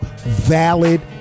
valid